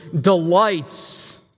delights